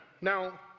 Now